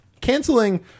canceling